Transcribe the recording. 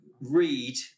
read